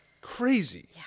Crazy